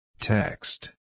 Text